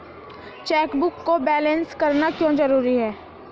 Chequebook को balance करना क्यों जरूरी है?